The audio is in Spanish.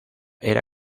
era